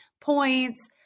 points